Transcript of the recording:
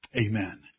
amen